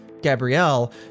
Gabrielle